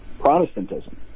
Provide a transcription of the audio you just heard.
Protestantism